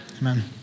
Amen